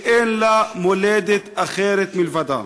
שאין לה מולדת אחרת מלבדה,